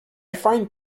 find